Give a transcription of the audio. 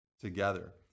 together